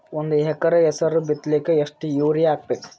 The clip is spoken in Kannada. ಒಂದ್ ಎಕರ ಹೆಸರು ಬಿತ್ತಲಿಕ ಎಷ್ಟು ಯೂರಿಯ ಹಾಕಬೇಕು?